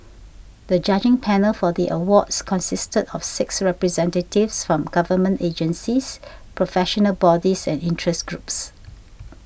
the judging panel for the Awards consisted of six representatives from government agencies professional bodies and interest groups